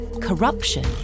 corruption